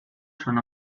son